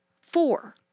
four